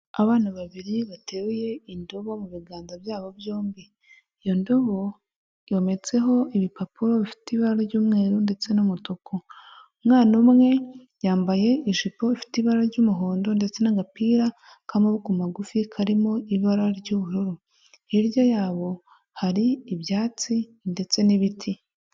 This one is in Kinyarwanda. Abana babiri bateruye indobo mu biganza byabo byombi iyo ndobo yometseho ibipapuro bifite ibara ry'umweru ndetse n'umutuku, umwana umwe yambaye ijipo ifite ibara ry'umuhondo ndetse n'agapira k'amaboko magufi karimo ibara ry'ubururu, hirya yabo hari ibyatsi ndetse n'ibiti.